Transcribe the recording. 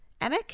Emic